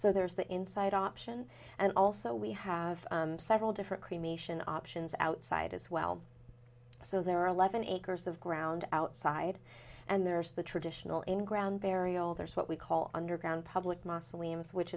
so there's that inside option and also we have several different cremation options outside as well so there are eleven acres of ground outside and there's the traditional in ground burial there's what we call underground public mausoleums which